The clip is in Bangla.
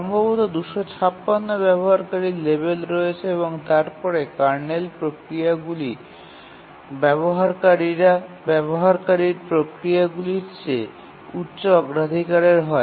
সম্ভবত ২৫৬ ব্যবহারকারীর লেভেল রয়েছে এবং তারপরে কার্নেল প্রক্রিয়াগুলি ব্যবহারকারীর প্রক্রিয়াগুলির চেয়ে উচ্চ অগ্রাধিকারের হয়